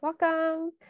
welcome